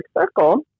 circle